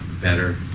better